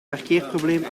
parkeerprobleem